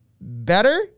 better